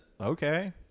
okay